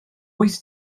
wyth